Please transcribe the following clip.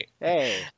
Hey